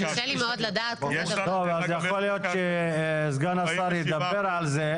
יכול להיות שסגן השר ידבר על זה.